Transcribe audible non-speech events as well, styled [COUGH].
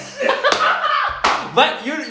[LAUGHS]